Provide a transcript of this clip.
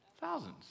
Thousands